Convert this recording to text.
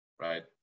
right